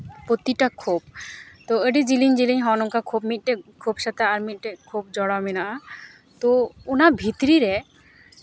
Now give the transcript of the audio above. ᱯᱨᱚᱛᱤᱴᱟ ᱠᱷᱳᱯ ᱟᱹᱰᱤ ᱡᱤᱞᱤᱧ ᱡᱤᱞᱤᱧ ᱦᱚᱸ ᱱᱚᱝᱠᱟ ᱠᱷᱮᱯ ᱢᱤᱫᱴᱮᱱ ᱠᱷᱳᱯ ᱥᱟᱛᱮᱫ ᱟᱨᱢᱤᱫᱴᱮᱱ ᱠᱷᱳᱯ ᱡᱚᱲᱟᱣ ᱢᱮᱱᱟᱜᱼᱟ ᱛᱳ ᱚᱱᱟ ᱵᱷᱤᱛᱨᱤ ᱨᱮ